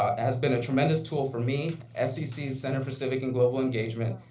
has been a tremendous tool for me, scc's center for civic and global engagement,